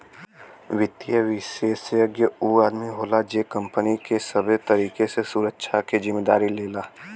वित्तीय विषेशज्ञ ऊ आदमी होला जे कंपनी के सबे तरीके से सुरक्षा के जिम्मेदारी लेला